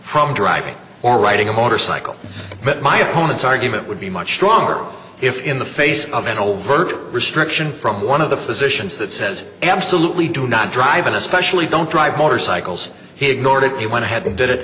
from driving or riding a motorcycle but my opponent's argument would be much stronger if in the face of an overt restriction from one of the physicians that says absolutely do not drive in especially don't drive motorcycles he ignored it he went ahead and did it